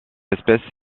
espèce